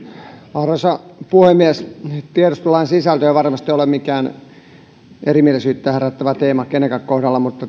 arvoisa puhemies tiedustelulain sisältö ei varmasti ole mikään erimielisyyttä herättävä teema kenenkään kohdalla mutta